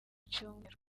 cyumweru